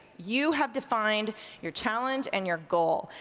you have defined your challenge and your goal.